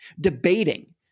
debating